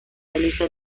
realista